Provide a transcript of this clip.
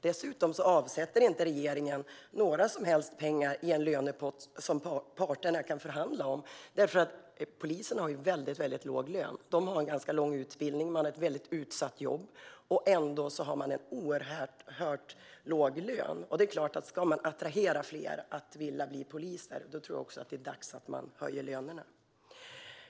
Regeringen avsätter dessutom inte några som helst pengar i en lönepott som parterna kan förhandla om. Poliser har väldigt låg lön. De har ganska lång utbildning och ett utsatt jobb, och ändå har de en oerhört låg lön. Om man ska attrahera fler att bli poliser tror jag att det är dags att höja lönerna.